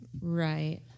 right